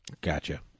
gotcha